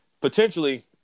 Potentially